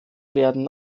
werden